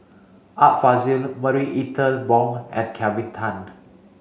Art Fazil Marie Ethel Bong and Kelvin Tan